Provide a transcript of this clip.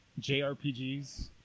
JRPGs